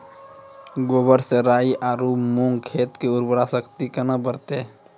गोबर से राई आरु मूंग खेत के उर्वरा शक्ति केना बढते?